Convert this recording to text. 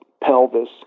pelvis